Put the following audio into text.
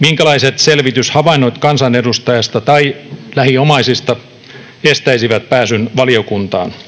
minkälaiset selvityshavainnot kansanedustajasta tai lähiomaisista estäisivät pääsyn valiokuntaan —